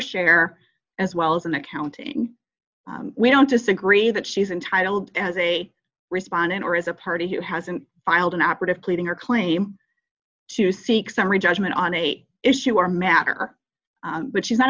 share as well as an accounting we don't disagree that she is entitled as a respondent or as a party who hasn't filed an operative pleading her claim to seek summary judgment on eight issue are matter but she's not